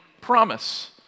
promise